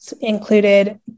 included